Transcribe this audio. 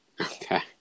Okay